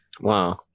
Wow